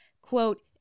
quote